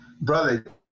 brother